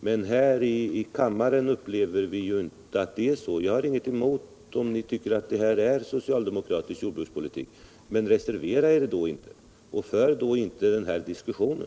Jag har visserligen ingenting emot att ni tycker att det här är en socialdemokratisk jordbrukspolitik - men reservera er då inte, och för då inte den här diskussionen!